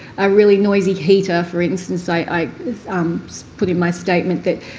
a really noisy heater, for instance, i put in my statement that,